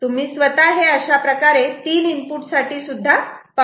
तुम्ही स्वतः हे अशाप्रकारे 3 इनपुट साठी सुद्धा पाहू शकतात